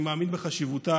אני מאמין בחשיבותה,